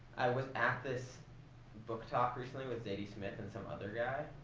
i was at this book talk recently with zadie smith and some other guy.